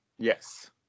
Yes